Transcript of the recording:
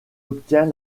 obtient